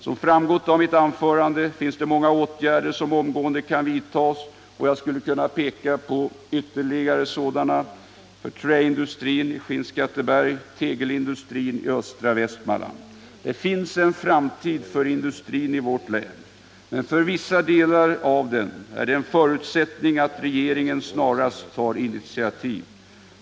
Som framgått av mitt anförande finns det många åtgärder som omgående kan vidtas, och jag skulle kunna peka på ytterligare sådana för träindustrin i Skinnskatteberg och tegelindustrin i östra Västmanland. Det finns en framtid för industrin i vårt län, men för vissa delar av den är det en förutsättning att regeringen snarast tar initiativ.